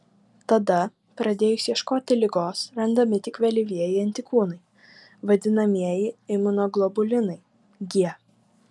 tada pradėjus ieškoti ligos randami tik vėlyvieji antikūnai vadinamieji imunoglobulinai g